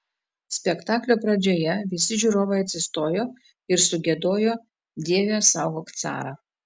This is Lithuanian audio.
spektaklio pradžioje visi žiūrovai atsistojo ir sugiedojo dieve saugok carą